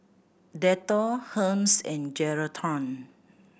Dettol Hermes and Geraldton